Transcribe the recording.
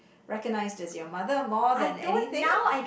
recognise that your mother more than anything